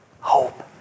hope